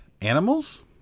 animals